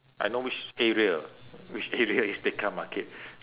I know which area which area is tekka market